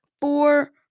four